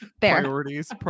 Priorities